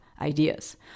ideas